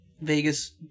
Vegas